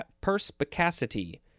Perspicacity